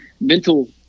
mental